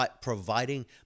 providing